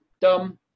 dumb